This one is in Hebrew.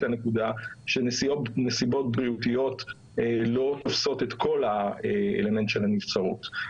את הנקודה שנסיבות בריאותיות לא עושות את כל האלמנט של הנבצרות.